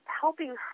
helping